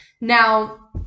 Now